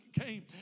came